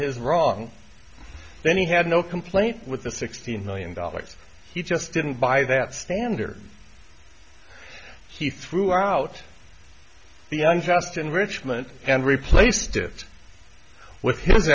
his wrong then he had no complaint with the sixteen million dollars he just didn't buy that standard he threw out the un just enrichment and replaced it with hi